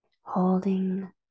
holding